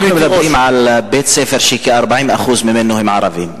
אנחנו מדברים על בית-ספר שכ-40% מתלמידיו הם ערבים.